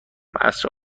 عصر